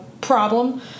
problem